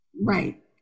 Right